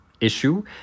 issue